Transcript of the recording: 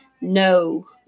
no